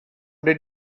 did